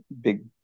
big